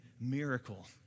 miracle